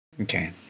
Okay